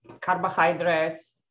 carbohydrates